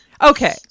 Okay